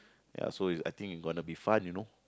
ya so is I think it gonna be fun you know